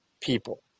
people